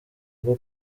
bwo